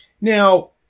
Now